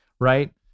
right